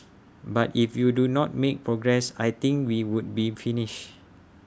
but if you do not make progress I think we would be finished